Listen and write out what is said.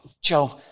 Joe